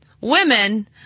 Women